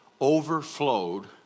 overflowed